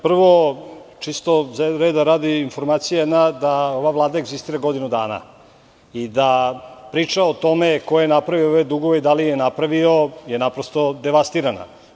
Prvo, čisto reda radi, informacija da ova vlada egzistira tek godinu dana i da je priča o tome ko je napravio ove dugove i da li ih je napravio naprosto devastirana.